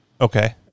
Okay